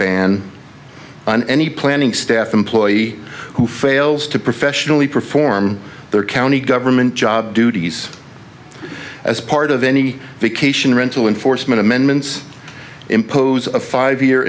ban on any planning staff employee who fails to professionally perform their county government job duties as part of any vacation rental enforcement amendments impose a five year